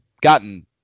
gotten